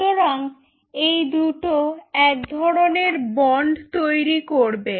সুতরাং এই দুটো এক ধরনের বন্ড তৈরি করবে